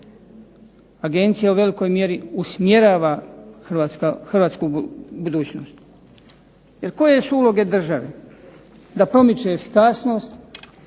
Agencija u velikoj mjeri usmjerava hrvatsku budućnost. Jer koje su uloge države? Da promiče efikasnost,